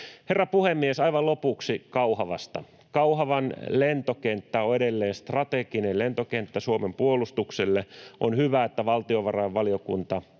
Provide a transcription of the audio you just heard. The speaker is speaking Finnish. Herra puhemies! Aivan lopuksi Kauhavasta. Kauhavan lentokenttä on edelleen strateginen lentokenttä Suomen puolustukselle. On hyvä, että valtiovarainvaliokunta